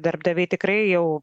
darbdaviai tikrai jau